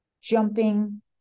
Jumping